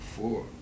four